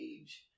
age